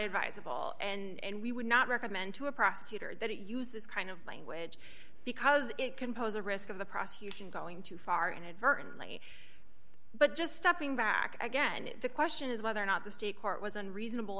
advisable and we would not recommend to a prosecutor that use this kind of language because it can pose a risk of the prosecution going too far in but just stepping back again the question is whether or not the state court was unreasonable